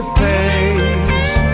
face